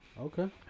Okay